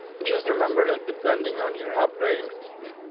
just remember that depending on your operating system,